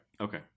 okay